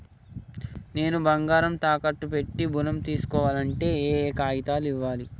నేను బంగారం తాకట్టు పెట్టి ఋణం తీస్కోవాలంటే ఏయే కాగితాలు ఇయ్యాలి?